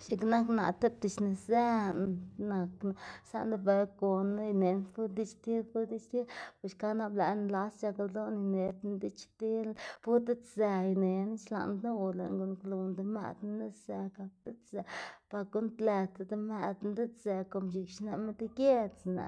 x̱iꞌk nak naꞌ tipta xnezëná nakná saꞌnde bela gona inená pur dichtil pur dichtil be xka lëꞌkga nlas c̲h̲ak ldoná ineꞌdná dichtil pur diꞌtsë inená xlaꞌndná o lëꞌná guꞌnnkluw demëꞌdna ineꞌzë gak diꞌtsë pa guꞌnntlëdzda demëꞌdná diꞌtsë como x̱iꞌk xneꞌma degiedzná.